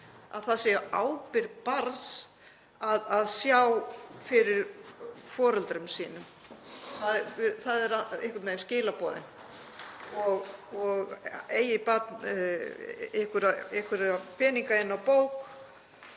að það sé á ábyrgð barns að sjá fyrir foreldrum sínum. Það eru einhvern veginn skilaboðin. Eigi barn einhverja peninga inni á bók